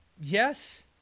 yes